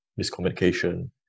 miscommunication